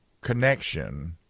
connection